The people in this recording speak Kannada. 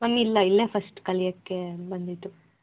ಮ್ಯಾಮ್ ಇಲ್ಲ ಇಲ್ಲೇ ಫಸ್ಟ್ ಕಲಿಯೋಕ್ಕೆ ಬಂದಿದ್ದು